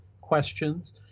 questions